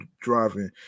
driving